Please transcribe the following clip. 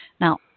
Now